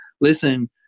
listen